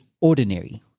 ordinary